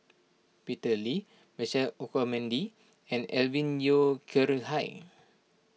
Peter Lee Michael Olcomendy and Alvin Yeo Khirn Hai